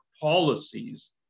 policies